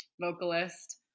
vocalist